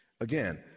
Again